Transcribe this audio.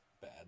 Bad